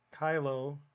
Kylo